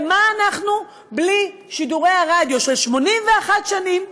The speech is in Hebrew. מי אנחנו ומה אנחנו בלי שידורי הרדיו של 81 שנים,